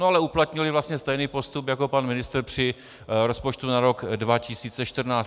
Ale uplatnili vlastně stejný postup jako pan ministr při rozpočtu na rok 2014.